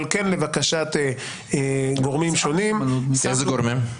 אבל כן לבקשת גורמים שונים --- איזה גורמים?